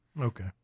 Okay